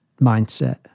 mindset